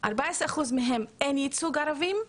ב- 14% מהן אין ייצוג ערבים,